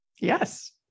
Yes